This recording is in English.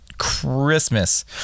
Christmas